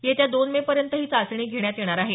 येत्या दोन मे पर्यंत ही चाचणी घेण्यात येणार आहे